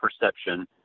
perception